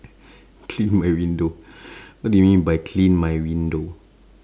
clean my window what do you mean by clean my window